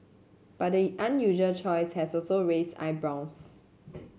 but the unusual choice has also raised eyebrows